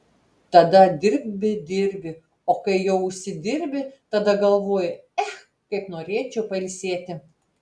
tada dirbi dirbi o kai jau užsidirbi tada galvoji ech kaip norėčiau pailsėti